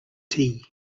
tea